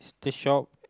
the shop